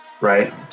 Right